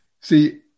see